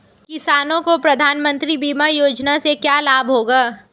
किसानों को प्रधानमंत्री बीमा योजना से क्या लाभ होगा?